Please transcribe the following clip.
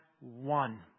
one